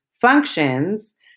functions